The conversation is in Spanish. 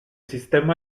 sistema